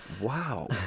Wow